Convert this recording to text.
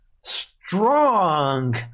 strong